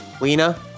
Lena